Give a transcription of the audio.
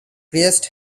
priest